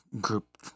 group